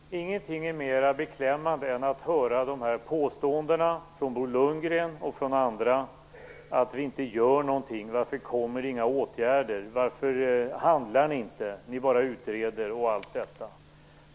Fru talman! Ingenting är mer beklämmande än att höra dessa påståenden, från Bo Lundgren och från andra, om att regeringen inte gör någonting. Man undrar varför regeringen inte vidtar några åtgärder.